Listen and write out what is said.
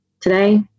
today